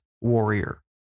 warrior